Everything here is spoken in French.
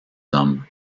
hommes